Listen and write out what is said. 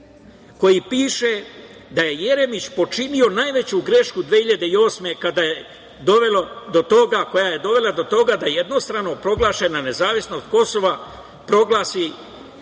koji piše da je Jeremić počinio najveću grešku 2008. godine, koja je dovela do toga da se jednostrano proglašena nezavisnost Kosova proglasi